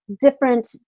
different